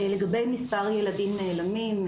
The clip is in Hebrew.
לגבי מספר הילדים הנעלמים,